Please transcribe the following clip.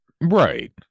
right